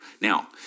Now